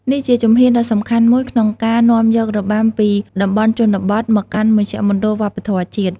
នេះជាជំហានដ៏សំខាន់មួយក្នុងការនាំយករបាំពីតំបន់ជនបទមកកាន់មជ្ឈមណ្ឌលវប្បធម៌ជាតិ។